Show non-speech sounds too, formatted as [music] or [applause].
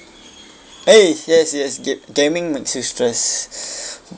!hey! yes yes ga~ gaming makes you stress [breath]